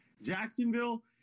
Jacksonville